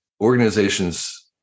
organizations